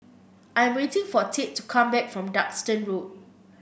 I am waiting for Tate to come back from Duxton Road